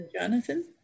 Jonathan